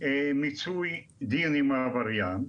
מוצר וטיפול בהצהרות לא יטפל באותו מוצר מבחינת האכיפה.